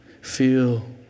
feel